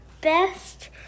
best